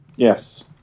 Yes